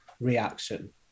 reaction